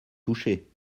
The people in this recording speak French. touchés